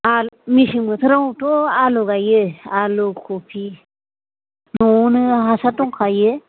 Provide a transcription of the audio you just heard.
मेसें बोथोरावथ' आलु गायो आलु खफि न'आवनो हासार दंखायो